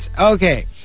okay